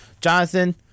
Jonathan